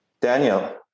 Daniel